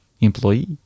employee